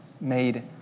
made